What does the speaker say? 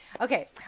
okay